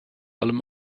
allem